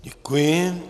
Děkuji.